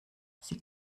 sie